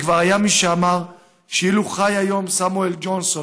וכבר היה מי שאמר שאילו חי היום סמואל ג'ונסון,